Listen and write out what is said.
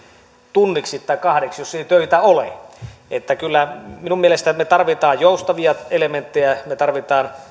tunniksi tai kahdeksi jos ei töitä ole kyllä minun mielestäni me tarvitsemme joustavia elementtejä me tarvitsemme